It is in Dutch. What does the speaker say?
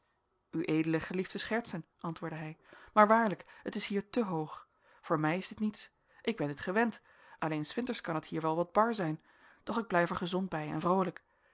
ued gelieft te schertsen antwoordde hij maar waarlijk het is hier te hoog voor mij is dit niets ik ben dit gewend alleen s winters kan het hier wel wat bar zijn doch ik blijf er gezond bij en vroolijk